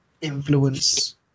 influence